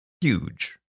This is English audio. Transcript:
huge